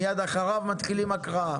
מיד אחריו מתחילים הקראה.